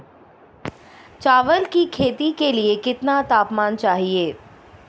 चावल की खेती के लिए कितना तापमान चाहिए?